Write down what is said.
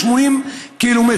80 ק"מ.